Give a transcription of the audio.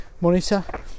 monitor